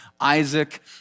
Isaac